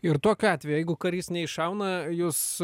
ir tokiu atveju jeigu karys neiššauna jūs